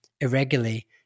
irregularly